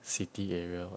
city area what